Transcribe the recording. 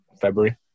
February